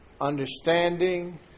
understanding